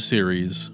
Series